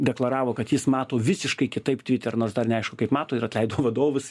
deklaravo kad jis mato visiškai kitaip tviter nors dar neaišku kaip mato ir atleido vadovus